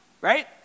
right